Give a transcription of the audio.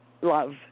love